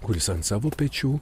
kuris ant savo pečių